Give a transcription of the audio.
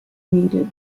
needed